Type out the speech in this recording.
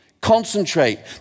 concentrate